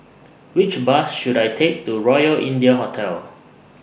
Which Bus should I Take to Royal India Hotel